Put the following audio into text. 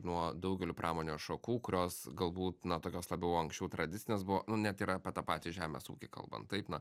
nuo daugelio pramonės šakų kurios galbūt na tokios labiau anksčiau tradicinės buvo net ir apie patį žemės ūkį kalbant taip na